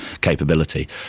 capability